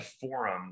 forum